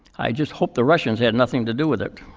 i just hope the russians had nothing to do with it.